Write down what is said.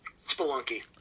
Spelunky